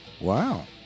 Wow